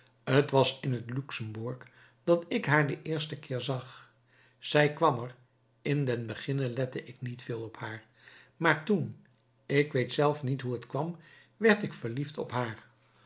t was in het luxembourg dat ik haar den eersten keer zag zij kwam er in den beginne lette ik niet veel op haar maar toen ik weet zelf niet hoe het kwam werd ik verliefd op haar